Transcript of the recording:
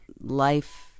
life